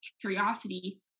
curiosity